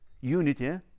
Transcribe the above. Unity